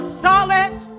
solid